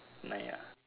nine ah